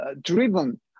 driven